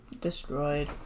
Destroyed